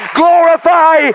glorify